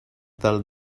del